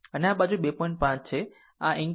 આમ આ 2 સમીકરણ આ એક સમીકરણ છે i 2 5 બરાબર 2